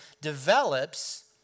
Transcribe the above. develops